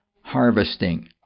harvesting